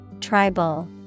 Tribal